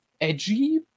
edgy